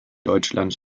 deutschland